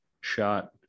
shot